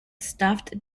stuffed